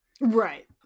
right